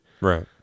Right